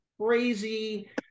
crazy